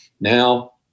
now